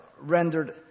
rendered